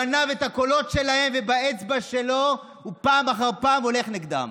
גנב את הקולות שלהם ובאצבע שלו הוא פעם אחר פעם הולך נגדם.